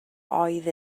oedd